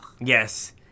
Yes